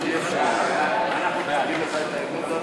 1 נתקבל.